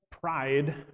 pride